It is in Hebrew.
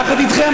יחד איתכם,